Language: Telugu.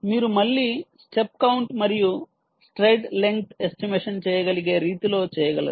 మీరు మళ్ళీ స్టెప్ కౌంట్ మరియు స్ట్రైడ్ లెంగ్త్ ఎస్టిమేషన్ చేయగలిగే రీతిలో చేయగలరు